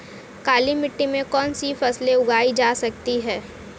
काली मिट्टी में कौनसी फसलें उगाई जा सकती हैं?